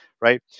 right